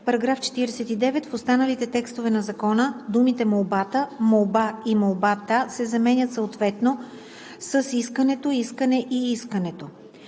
§ 49: „§ 49. В останалите текстове на закона думите „Молбата“, „молба“ и „молбата“ се заменят съответно с „Искането“, „искане“ и „искането“.“